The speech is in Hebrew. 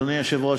אדוני היושב-ראש,